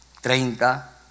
treinta